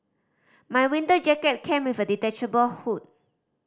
my winter jacket came with a detachable hood